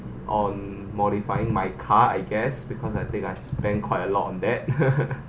on modifying my car I guess because I think I spend quite a lot on that